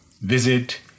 visit